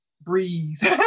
breeze